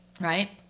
right